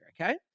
okay